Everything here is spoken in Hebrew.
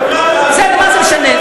מה זה משנה,